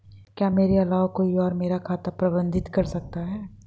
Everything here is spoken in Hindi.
क्या मेरे अलावा कोई और मेरा खाता प्रबंधित कर सकता है?